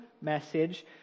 message